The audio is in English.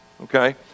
Okay